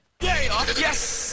Yes